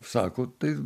sako tai